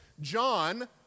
John